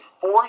four